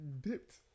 Dipped